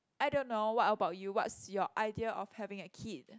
I don't know what about you what's your idea of having a kid